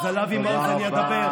אז על אבי מעוז אני אדבר,